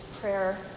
prayer